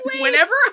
whenever